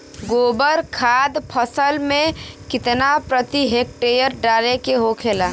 गोबर खाद फसल में कितना प्रति हेक्टेयर डाले के होखेला?